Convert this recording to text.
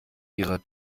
ihrer